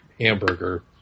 hamburger